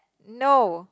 no